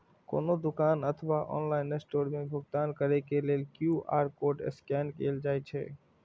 कोनो दुकान अथवा ऑनलाइन स्टोर मे भुगतान करै लेल क्यू.आर कोड स्कैन कैल जाइ छै